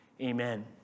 Amen